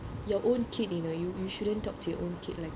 your own kid you know you you shouldn't talk to your own kid like